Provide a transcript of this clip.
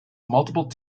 multiple